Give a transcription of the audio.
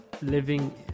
living